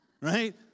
right